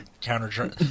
Counter